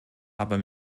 aber